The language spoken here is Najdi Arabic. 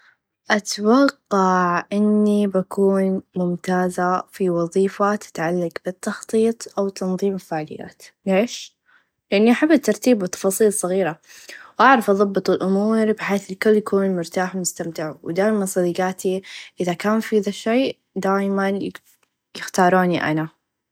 أتوقع إني بكون ممتازه في وظيفه تتعلق بالتخطيط او تنظيم الفاجيات ليش لإني أحب الترتيب و التفاصي الصغيره أعرف أظبط الامور بحيث يكون الكل مرتاح و مستمتع و دايما صديقاتي إذا كان في إيده شئ دايما يختاروني أنا.